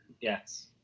Yes